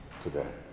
today